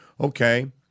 Okay